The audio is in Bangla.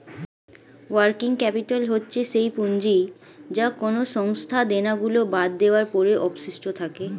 ওয়ার্কিং ক্যাপিটাল হচ্ছে সেই পুঁজি যা কোনো সংস্থার দেনা গুলো বাদ দেওয়ার পরে অবশিষ্ট থাকে